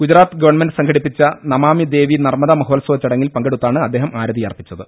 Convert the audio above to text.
Gujarat government സംഘടി പ്പിച്ച നമാമി ദേവി നർമ്മദ മഹോത്സവ ചടങ്ങിൽ പങ്കെടു ത്താണ് അദ്ദേഹം ആരതിയർപ്പിച്ചത്